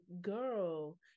Girl